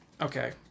Okay